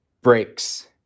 breaks